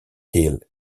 hill